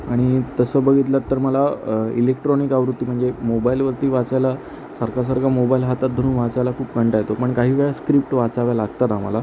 आणि तसं बघितलं तर मला इलेक्ट्रॉनिक आवृत्ती म्हणजे मोबाईलवरती वाचायला सारखा सारखा मोबाईल हातात धरून वाचायला खूप कंटाळा येतो पण काही वेळा स्क्रिप्ट वाचाव्या लागतात आम्हाला